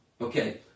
okay